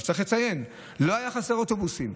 אז צריך לציין שלא היו חסרים אוטובוסים.